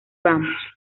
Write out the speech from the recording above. vamos